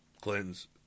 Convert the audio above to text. Clintons